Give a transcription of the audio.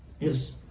Yes